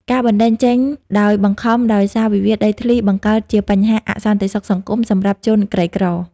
ការបណ្ដេញចេញដោយបង្ខំដោយសារវិវាទដីធ្លី បង្កើតជាបញ្ហាអសន្តិសុខសង្គមសម្រាប់ជនក្រីក្រ។